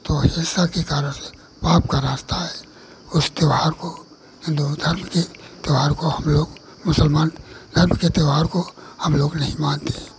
वह हिंसा के कारण पाप का रास्ता है उस त्यौहार को हिन्दू धर्म की त्यौहार को हम लोग मुसलमान धर्म के त्यौहार को हम लोग नहीं मानते हैं